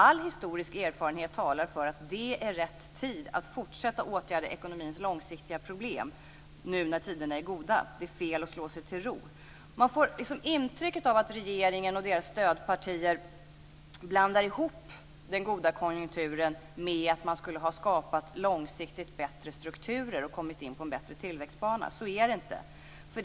All historisk erfarenhet talar för att det är rätt tid att fortsätta att åtgärda ekonomins långsiktiga problem nu när tiderna är goda. Det är fel att slå sig till ro. Intrycket ges liksom att regeringen och dess stödpartier blandar ihop den goda konjunkturen med att man skulle ha skapat långsiktigt bättre strukturer och kommit in på en bättre tillväxtbana men så är det inte.